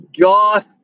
goth